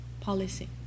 policy